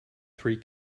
three